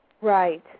Right